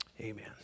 Amen